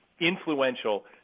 influential